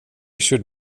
should